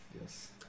Yes